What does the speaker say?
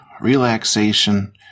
relaxation